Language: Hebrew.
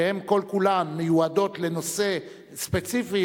שהן כל-כולן מיועדות לנושא ספציפי,